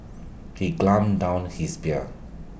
he gulped down his beer